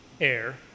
air